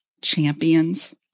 Champions